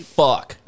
fuck